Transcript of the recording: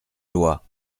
loi